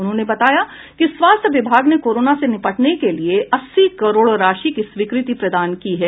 उन्होंने बताया कि स्वास्थ्य विभाग ने कोरोना से निबटने के लिए अस्सी करोड़ राशि की स्वीकृति प्रदान की है